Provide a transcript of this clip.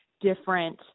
different